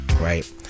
right